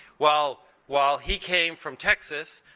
while while he came from texas,